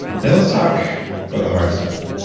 now let's talk about the hard stuff.